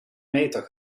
meter